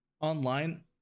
online